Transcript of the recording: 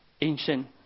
ancient